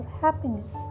happiness